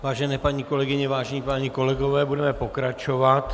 Vážené paní kolegyně, vážení páni kolegové, budeme pokračovat.